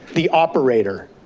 the operator.